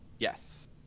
Yes